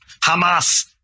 Hamas